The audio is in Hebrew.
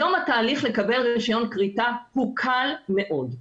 היום התהליך לקבל רישיון כריתה הוא קל מאוד.